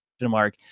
mark